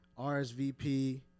RSVP